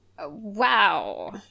wow